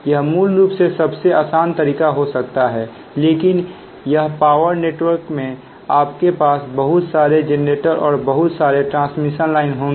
यह मूल रूप से सबसे आसान तरीका हो सकता है लेकिन यह पावर नेटवर्क में आपके पास बहुत सारे जरनेटर और बहुत सारे ट्रांसमिशन लाइन होंगे